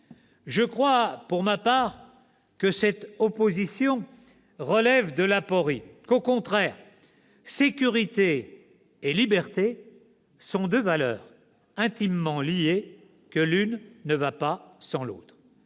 Je crois pour ma part qu'une telle opposition relève de l'aporie et que, au contraire, sécurité et liberté sont deux valeurs intimement liées ; l'une ne va pas sans l'autre.